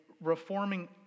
reforming